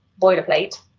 boilerplate